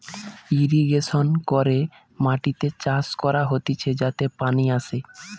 irrigation করে মাটিতে চাষ করা হতিছে যাতে পানি আসে